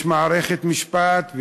יש מערכת משפט,